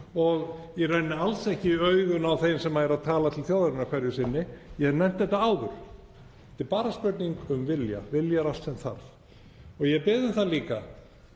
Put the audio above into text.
og í rauninni alls ekki í augun á þeim sem eru að tala til þjóðarinnar hverju sinni. Ég hef nefnt þetta áður. Þetta er bara spurning um vilja, vilji er allt sem þarf. Ég bið um það líka